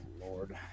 Lord